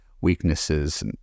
weaknesses